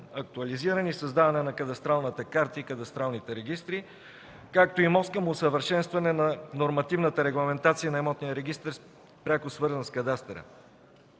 актуализиране и създаване на кадастралната карта и кадастралните регистри, както и мост към усъвършенстване на нормативната регламентация на имотния регистър, пряко свързан с кадастъра.